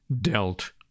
dealt